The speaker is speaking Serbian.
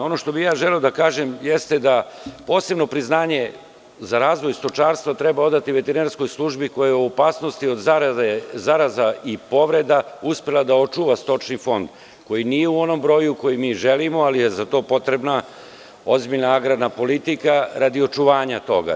Ono što bih ja želeo da kažem, jeste da posebno priznanje za razvoj stočarstva treba odati veterinarskoj službi koja je, u opasnosti od zaraza i povreda, uspela da očuva stočni fond, koji nije u onom broju koji mi želimo, ali je za to potrebna ozbiljna agrarna politika radi očuvanja toga.